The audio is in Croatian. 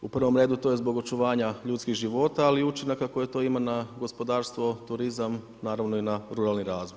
U prvom redu to je zbog očuvanja ljudskih života, ali i učinaka koje to ima na gospodarstvo, turizam, naravno i na ruralni razvoj.